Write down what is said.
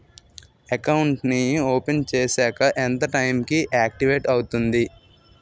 Account నీ open చేశాక ఎంత టైం కి ఆక్టివేట్ అవుతుంది?